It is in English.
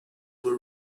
were